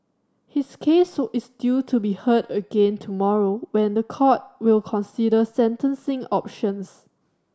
his case is due to be heard again tomorrow when the court will consider sentencing options